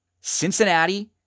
Cincinnati